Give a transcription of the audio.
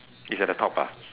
is at the top ah